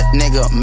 nigga